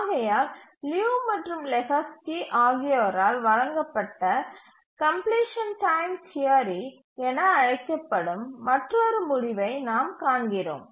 ஆகையால் லியு மற்றும் லெஹோஸ்கி ஆகியோரால் வழங்கப்பட்ட கம்ப்லிசன் டைம் தியரி என அழைக்கப்படும் மற்றொரு முடிவை நாம் காண்கிறோம்